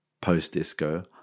post-disco